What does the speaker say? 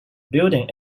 building